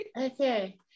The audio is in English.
okay